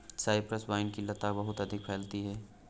Cyprus vine की लता बहुत अधिक फैलती है